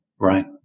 right